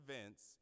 events